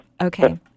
okay